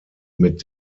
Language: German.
mit